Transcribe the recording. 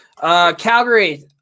Calgary